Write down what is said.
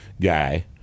guy